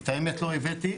את האמת לא הבאתי,